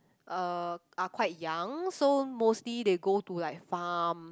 are quite young so mostly they go to like farm